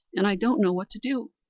and i don't know what to do.